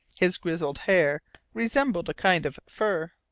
his grizzled hair resembled a kind of fur.